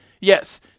Yes